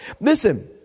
Listen